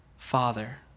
Father